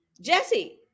Jesse